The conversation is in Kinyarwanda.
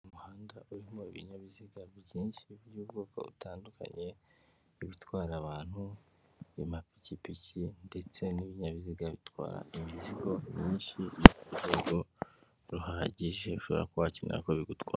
Mu umuhanda urimo ibinyabiziga byinshi, by'ubwoko butandukanye, ibitwara abantu, amapikipiki ndetse n'ibinyabiziga bitwara imizigo myinshi, ku rwego ruhagije ushobora kuba wakenera ko bigutwara.